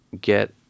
get